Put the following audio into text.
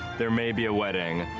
there may be a wedding.